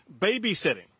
babysitting